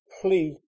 Plea